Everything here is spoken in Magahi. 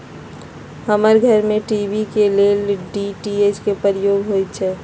हमर घर में टी.वी के लेल डी.टी.एच के प्रयोग होइ छै